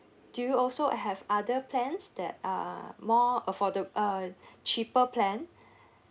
do you also have other plans that are more affordable uh cheaper plan